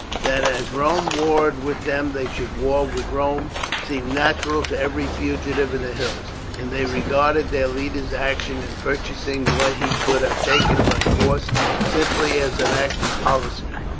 that as rome warred with them they should war with rome seemed natural to every fugitive in the hills, and they regarded their leader's action in purchasing what he could have taken by force simply as an act of policy.